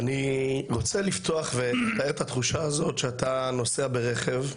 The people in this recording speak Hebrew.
אני רוצה לפתוח ולתאר את התחושה הזאת שאתה נוסע ברכב,